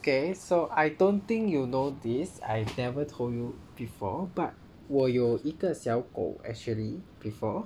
okay so I don't think you know this I've never told you before but 我有一个小狗 actually before